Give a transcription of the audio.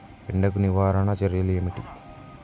ఎండకు నివారణ చర్యలు ఏమిటి?